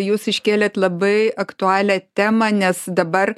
jūs iškėlėt labai aktualią temą nes dabar